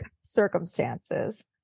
circumstances